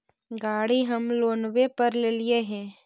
गाड़ी हम लोनवे पर लेलिऐ हे?